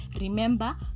Remember